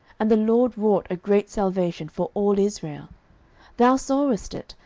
and the lord wrought a great salvation for all israel thou sawest it,